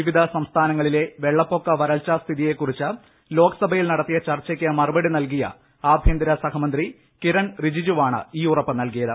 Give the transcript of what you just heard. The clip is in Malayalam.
വിവിധ സംസ്ഥാനങ്ങളിലെ വെള്ളപ്പൊക്ക വരൾച്ച സ്ഥിതിയെക്കുറിച്ച് ലോക്സഭയിൽ നടത്തിയ ചർച്ചയ്ക്ക് മറുപടി നൽകിയ ആഭ്യന്തര സഹമന്ത്രി കിരൺ റിജിജുവാണ് ഈ ഉറപ്പ് നൽകിയത്